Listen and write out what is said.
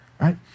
right